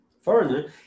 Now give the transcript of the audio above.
foreigner